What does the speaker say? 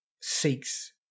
seeks